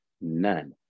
none